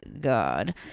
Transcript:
God